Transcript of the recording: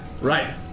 Right